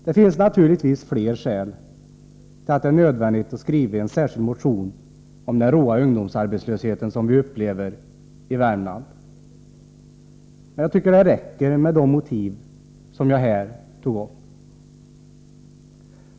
Det finns naturligtvis fler skäl till att det är nödvändigt att skriva en särskild motion om den råa ungdomsarbetslöshet som råder i Värmland, men jag tycker faktiskt att det räcker med de motiv som jag här angivit.